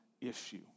issue